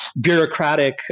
bureaucratic